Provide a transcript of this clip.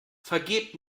vergebt